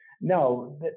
No